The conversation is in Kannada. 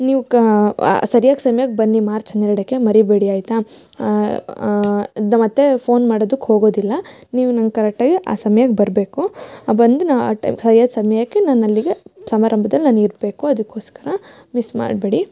ನೀವು ಕ ಸರಿಯಾದ ಸಮ್ಯಕ್ಕೆ ಬನ್ನಿ ಮಾರ್ಚ್ ಹನ್ನೆರಡಕ್ಕೆ ಮರಿಬೇಡಿ ಆಯಿತಾ ದ ಮತ್ತೆ ಫೋನ್ ಮಾಡೋದಕ್ಕೆ ಹೋಗೋದಿಲ್ಲ ನೀವು ನಂಗೆ ಕರೆಟ್ಟಾಗಿ ಆ ಸಮ್ಯಕ್ಕೆ ಬರಬೇಕು ಬಂದ ನ ಸರಿಯಾದ ಸಮಯಕ್ಕೆ ನಾನು ಅಲ್ಲಿಗೆ ಸಮಾರಂಭದಲ್ಲಿ ನಾನು ಇರಬೇಕು ಅದಕ್ಕೋಸ್ಕರ ಮಿಸ್ ಮಾಡ್ಬೇಡಿ